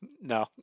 No